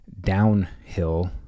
downhill